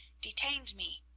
detained me.